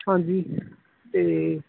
ਹਾਂਜੀ ਅਤੇ